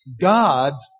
God's